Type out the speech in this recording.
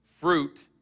fruit